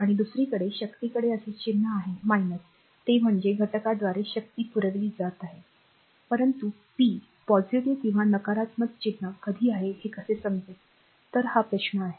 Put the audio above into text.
आणि दुसरीकडे शक्तीकडे असे चिन्ह आहे ते म्हणजे घटकाद्वारे शक्ती पुरविली जात आहे परंतु पी पॉझिटिव्ह किंवा नकारात्मक चिन्ह कधी आहे हे कसे समजेल तर हा प्रश्न आहे